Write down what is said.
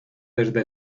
desde